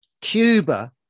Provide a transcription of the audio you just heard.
Cuba